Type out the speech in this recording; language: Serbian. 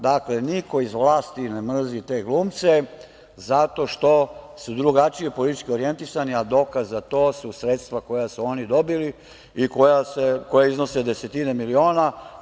Dakle, niko iz vlasti ne mrzi te glumce zato što su drugačije politički orijentisani, a dokaz za to su sredstva koja su oni dobili i koja iznose desetine miliona.